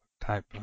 type